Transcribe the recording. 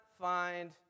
find